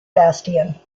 bastion